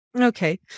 okay